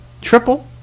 triple